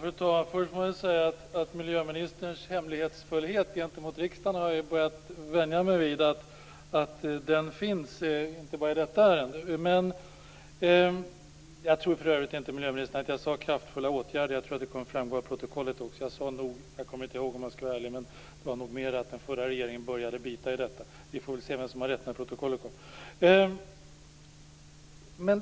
Fru talman! Först vill jag säga att jag börjat vänja mig vid miljöministerns hemlighetsfullhet gentemot riksdagen, inte bara i detta ärende. Jag tror för övrigt inte att jag talade om kraftfulla åtgärder, jag tror att det kommer att framgå av protokollet. Jag sade nog att den förra regeringen började bita i detta. Vi får väl se vem som har rätt när protokollet kommer.